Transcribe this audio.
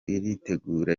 iritegura